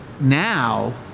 Now